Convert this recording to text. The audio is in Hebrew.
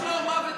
תודה.